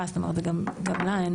זאת אומרת גם לה אין